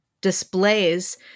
displays